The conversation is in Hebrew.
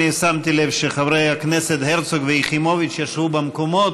שמתי לב שחברי הכנסת הרצוג ויחימוביץ ישבו במקומות,